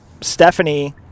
stephanie